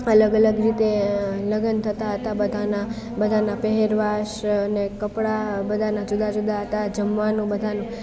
અલગ અલગ રીતે લગન થતા હતા બધાના બધાના પહેરવેશને કપળા બધાના જુદા જુદા હતા જમવાનું બધાનું